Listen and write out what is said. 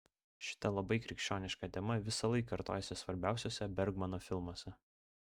šita labai krikščioniška tema visąlaik kartojasi svarbiausiuose bergmano filmuose